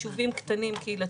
ישובים קטנים קהילתיים.